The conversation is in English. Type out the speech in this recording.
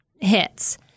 hits